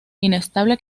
inestable